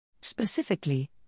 Specifically